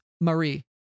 Marie